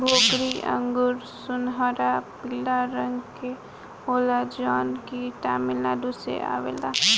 भोकरी अंगूर सुनहरा पीला रंग के होला जवन की तमिलनाडु से आवेला